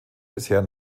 bisher